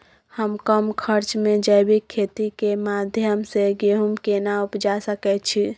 हम कम खर्च में जैविक खेती के माध्यम से गेहूं केना उपजा सकेत छी?